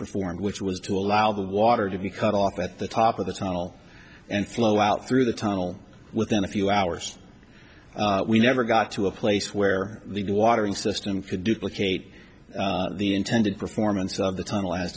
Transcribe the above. performed which was to allow the water to be cut off at the top of the tunnel and flow out through the tunnel within a few hours we never got to a place where the watering system could duplicate the intended performance of the tunnel as